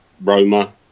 Roma